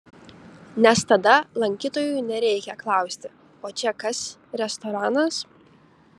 nes tada lankytojui nereikia klausti o čia kas restoranas